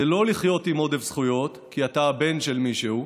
זה לא לחיות עם עודף זכויות כי אתה הבן של מישהו,